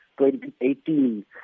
2018